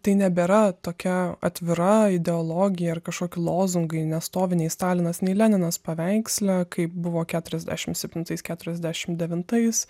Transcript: tai nebėra tokia atvira ideologija ar kažkoki lozungai nestovi nei stalinas nei leninas paveiksle kaip buvo keturiasdešimt septintais keturiasdešimt devintais